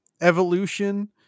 evolution